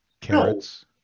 carrots